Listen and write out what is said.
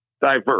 diverse